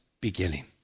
beginning